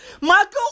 Michael